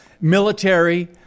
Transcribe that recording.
military